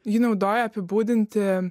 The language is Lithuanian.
jį naudoja apibūdinti